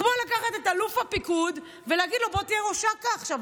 כמו לקחת את אלוף הפיקוד ולהגיד לו: בוא תהיה ראש אכ"א עכשיו,